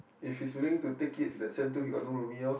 if he's willing to take it that sem two he got no roomie lor